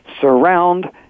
Surround